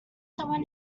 someone